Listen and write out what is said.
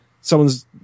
someone's